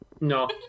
No